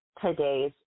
today's